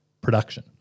production